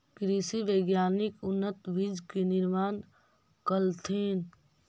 कृषि वैज्ञानिक उन्नत बीज के निर्माण कलथिन